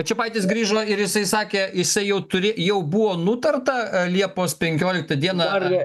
čepaitis grįžo jisai sakė jisai jau turi jau buvo nutarta liepos penkioliktą dieną ar